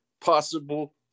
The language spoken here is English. possible